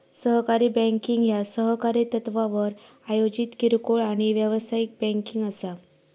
सहकारी बँकिंग ह्या सहकारी तत्त्वावर आयोजित किरकोळ आणि व्यावसायिक बँकिंग असा